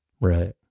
Right